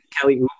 Kelly